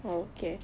oh okay